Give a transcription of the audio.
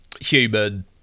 human